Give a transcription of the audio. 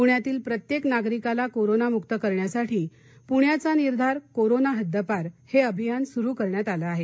पुण्यातील प्रत्येक नागरिकाला कोरोनामुक्त करण्यासाठी पुण्याचा निर्धार कोरोना हद्दपार अभियान सुरू करण्यात आले आहे